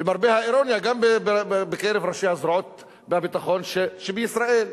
למרבה האירוניה, בקרב ראשי זרועות הביטחון בישראל,